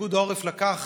פיקוד העורף לקח